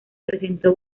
presentó